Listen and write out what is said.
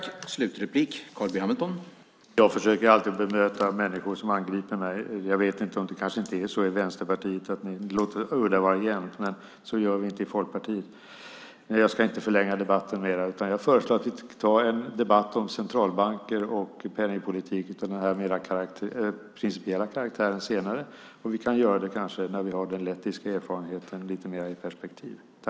Herr talman! Jag försöker alltid bemöta människor som angriper mig. Jag vet inte - det kanske inte är så i Vänsterparitet utan ni låter udda vara jämnt, men så gör vi inte i Folkpartiet. Jag ska inte förlänga debatten mer, utan jag föreslår att vi tar en debatt om centralbanker och penningpolitik av den här mer principiella karaktären senare. Vi kanske kan göra det när vi har fått lite perspektiv på de lettiska erfarenheterna.